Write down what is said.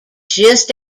just